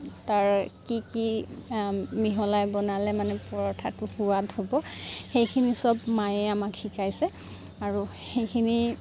তাৰ কি কি মিহলাই বনালে মানে পৰঠাটো সোৱাদ হ'ব সেইখিনি চব মায়ে আমাক শিকাইছে আৰু সেইখিনি